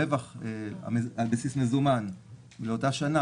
הרווח על בסיס מוזמן לאותה שנה,